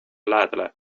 lähedale